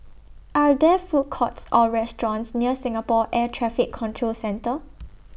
Are There Food Courts Or restaurants near Singapore Air Traffic Control Centre